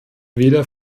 weder